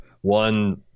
one